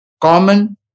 common